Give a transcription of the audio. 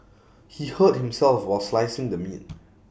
he hurt himself while slicing the meat